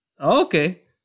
Okay